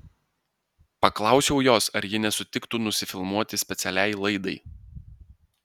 paklausiau jos ar ji nesutiktų nusifilmuoti specialiai laidai